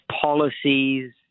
policies